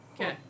Okay